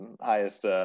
highest